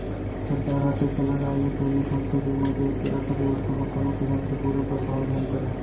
सरकार ह टेक्स लगाए ले पहिली सोचथे जेमा देस के अर्थबेवस्था म कोनो किसम के बुरा परभाव झन परय